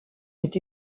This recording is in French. est